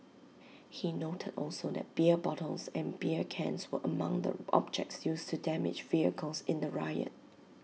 he noted also that beer bottles and beer cans were among the objects used to damage vehicles in the riot